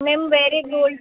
మేము వేరే గోల్డ్